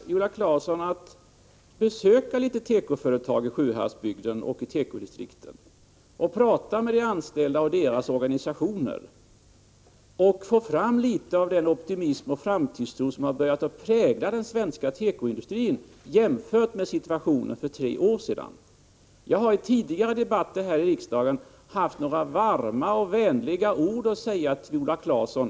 Herr talman! Jag vill rekommendera Viola Claesson att besöka tekoföretag i Sjuhäradsbygden och andra tekodistrikt och tala med de anställda och representanter för deras organisationer. Då kan den optimism och framtidstro visa sig som präglar den svenska tekoindustrin nu jämfört med situationen för tre år sedan. Jag har i tidigare debatter här i riksdagen haft några varma och vänliga ord att säga till Viola Claesson.